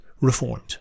reformed